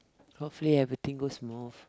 hopefully everything goes smooth